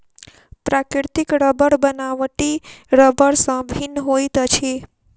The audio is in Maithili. प्राकृतिक रबड़ बनावटी रबड़ सॅ भिन्न होइत अछि